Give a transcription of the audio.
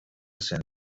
cent